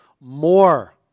more